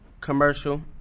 commercial